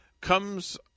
comes